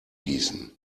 gießen